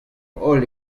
holl